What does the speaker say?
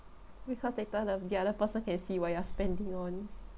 because later the the other person can see what you're spending on